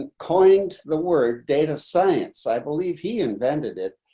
ah coined the word data science, i believe he invented it,